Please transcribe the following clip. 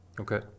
okay